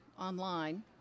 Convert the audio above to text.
online